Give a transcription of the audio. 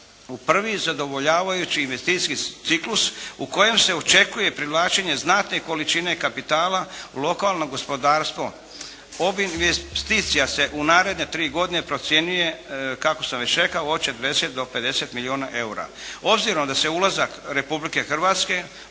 u prvi zadovoljavajući ciklus u kojem se očekuje privlačenje znatne količine kapitala u lokalno gospodarstvo. Obim investicija se u naredne 3 godine procjenjuje, kao što sam rekao na 40 do 50 milijuna eura. Obzirom da se ulazak Republike Hrvatske